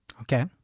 okay